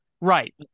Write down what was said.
Right